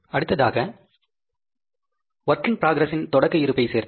அடுத்ததாக work in progress இன் தொடக்க இருப்பை சேர்த்தோம்